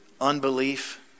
Unbelief